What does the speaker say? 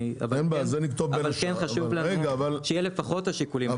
אבל כן חשוב לנו שיהיה לפחות השיקולים האלה,